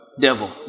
devil